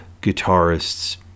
guitarists